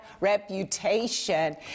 reputation